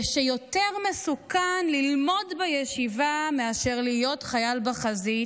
ושיותר מסוכן ללמוד בישיבה מאשר להיות חייל בחזית,